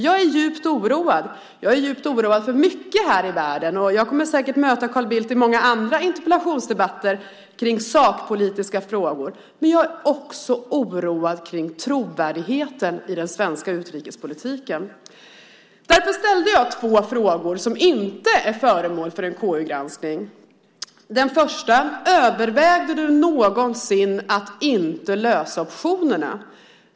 Jag är djupt oroad för mycket här i världen och jag kommer säkert att möta Carl Bildt i många andra interpellationsdebatter om sakpolitiska frågor, men jag är också oroad för trovärdigheten i den svenska utrikespolitiken. Därför ställde jag två frågor som inte är föremål för en KU-granskning. Den första är: Övervägde du någonsin att inte lösa optionerna?